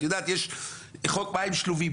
את יודעת, יש חוק מים שלובים.